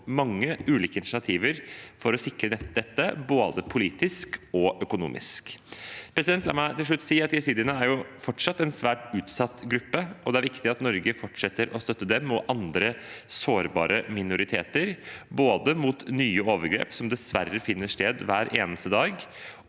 om mange ulike initiativer for å sikre dette, både politisk og økonomisk. La meg til slutt si at jesidiene fortsatt er en svært utsatt gruppe, og det er viktig at Norge fortsetter å støtte dem og andre sårbare minoriteter mot nye overgrep, som dessverre finner sted hver eneste dag,